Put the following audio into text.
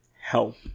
help